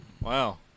Wow